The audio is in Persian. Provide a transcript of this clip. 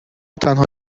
تنها